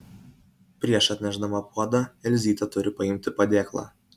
prieš atnešdama puodą elzytė turi paimti padėklą